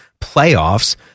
playoffs